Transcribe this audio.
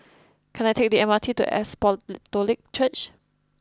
can I take the M R T to Apostolic Church